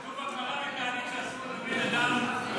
כתוב בגמרא בתענית שאסור ללמד אדם,